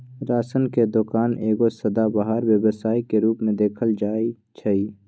ration के दोकान एगो सदाबहार व्यवसाय के रूप में देखल जाइ छइ